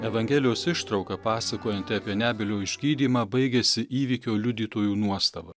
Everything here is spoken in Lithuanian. evangelijos ištrauka pasakojanti apie nebylio išgydymą baigiasi įvykio liudytojų nuostaba